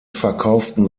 verkauften